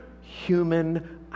human